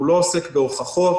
הוא לא עוסק בהוכחות,